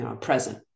present